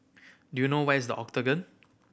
do you know where is The Octagon